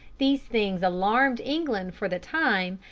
these things alarmed england for the time,